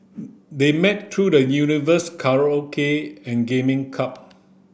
they met through the universe karaoke and gaming club